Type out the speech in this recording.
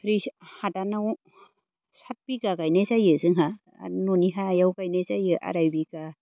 रि हादानाव साथ बिगा गायनाय जायो जोंहा आरो न'नि हायाव गायनाय जायो आराय बिगा